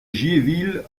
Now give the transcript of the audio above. giéville